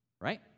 right